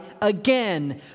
again